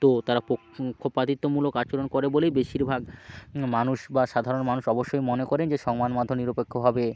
তো তারা পক্ষপাতিত্বমূলক আচরণ করে বলেই বেশিরভাগ মানুষ বা সাধারণ মানুষ অবশ্যই মনে করেন যে সংবাদ মাধ্যম নিরপেক্ষভাবে